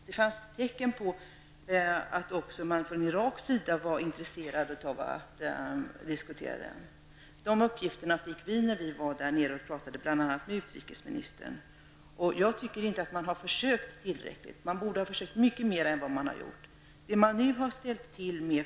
Det fanns tecken att man också från Iraks sida var intresserad av att diskutera planen. De uppgifterna fick vi när vi var i Irak och talade med bl.a. utrikesministern där. Jag tycker inte att tillräckliga försök har gjorts. Fler försök borde ha gjorts.